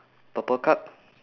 purple card